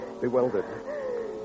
bewildered